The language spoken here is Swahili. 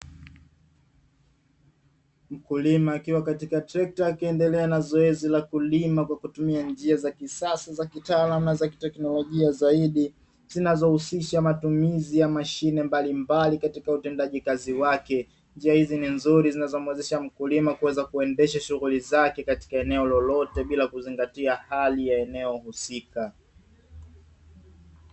Mkulima akiwa katika trekta akiendelea na zoezi la kulima kwa kutumia njia za kisasa za kitaalamu na teknolojia zaidi zinazohusisha matumizi ya mashine mbalimbali katika utendaji kazi wake njia hizi ni nzuri zinazomwezesha mkulima kuweza kuendesha shughuli zake katika eneo lolote bila kuzingatia hali ya eneo husika.